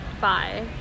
Bye